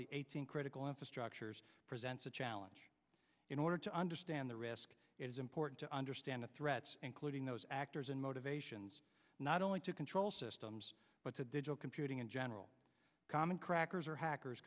the eighteen critical infrastructures presents a challenge in order to understand the risk is important to understand the threats including those actors and motivations not only to control systems but to digital computing in general common crackers or hackers